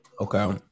okay